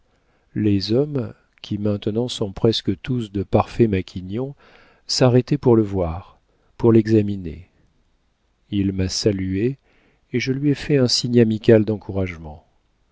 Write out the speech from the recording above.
les hommes qui maintenant sont presque tous de parfaits maquignons s'arrêtaient pour le voir pour l'examiner il m'a saluée et je lui ai fait un signe amical d'encouragement